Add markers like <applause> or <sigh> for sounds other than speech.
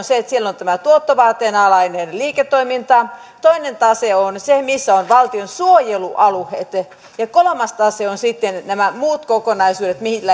<unintelligible> se ensimmäisessä taseessa on tämä tuottovaateen alainen liiketoiminta toinen tase on se missä ovat valtion suojelualueet ja kolmas tase on sitten nämä muut kokonaisuudet joilla